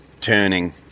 turning